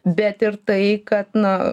bet ir tai kad na